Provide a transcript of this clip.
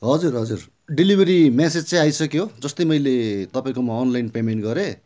हजुर हजुर delivery message चाहिँ आइसक्यो जस्तै मैले तपाईँकोमा अनलाइन पेमेन्ट गरेँ